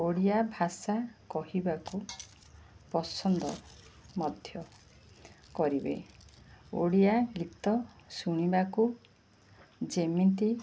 ଓଡ଼ିଆ ଭାଷା କହିବାକୁ ପସନ୍ଦ ମଧ୍ୟ କରିବେ ଓଡ଼ିଆ ଗୀତ ଶୁଣିବାକୁ ଯେମିତି